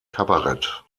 kabarett